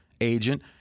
agent